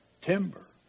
timber